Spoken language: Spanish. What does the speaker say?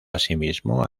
asimismo